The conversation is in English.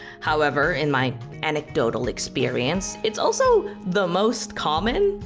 however, in my anecdotal experience, it's also the most common.